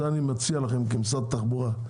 זה אני מציע לכם כמשרד התחבורה,